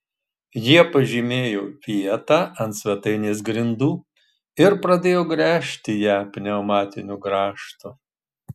jie pažymėjo vietą ant svetainės grindų ir pradėjo gręžti ją pneumatiniu grąžtu